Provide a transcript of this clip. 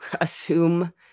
assume